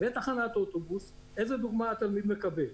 בתחנת אוטובוס, איזו דוגמה התלמיד מקבל?